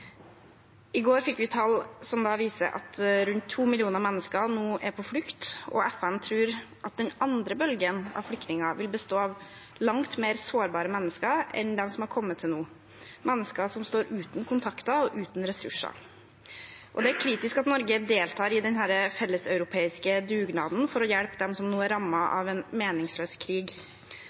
I går fikk vi tall som viser at rundt to millioner mennesker nå er på flukt, og FN tror at den andre bølgen av flyktninger vil bestå av langt mer sårbare mennesker enn dem som har kommet til nå, mennesker som står uten kontakter og uten ressurser. Det er kritisk at Norge deltar i denne felleseuropeiske dugnaden for å hjelpe dem som nå er rammet av en meningsløs krig.